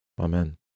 Amen